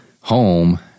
home